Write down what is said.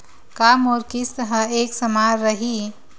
का मोर किस्त ह एक समान रही?